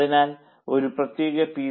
അതിനാൽ ഒരു പ്രത്യേക പി